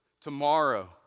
tomorrow